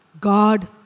God